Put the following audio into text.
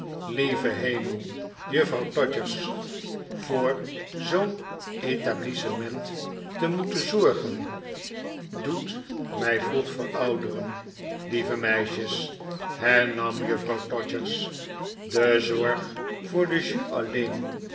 lieve hemel juffrouw todgers voor zoo'n etablissement te moeten zorgen doet mij vroeg verouderen lieve meisjes hernam juffrouw todgers de zorg voor de jus alleen